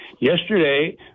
yesterday